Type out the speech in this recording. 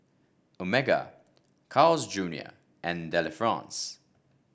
Omega Carl's Junior and Delifrance